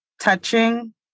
touching